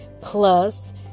Plus